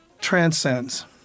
transcends